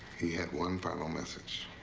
he had one final message.